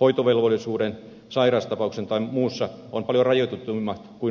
hoitovelvollisuuden sairastapauksen tai muun johdosta ovat paljon rajoitetummat kuin muilla kansalaisilla